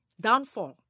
downfall